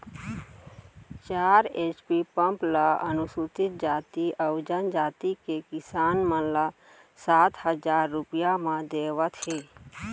चार HP pump ल अनुसूचित जाति अउ जनजाति के किसान मन ल सात हजार रूपिया म देवत हे